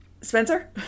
Spencer